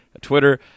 Twitter